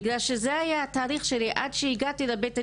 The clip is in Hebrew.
בגלל שזה היה התאריך שלי עד שהגעתי לבית הדין.